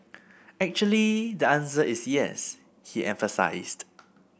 actually the answer is yes he emphasised